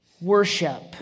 worship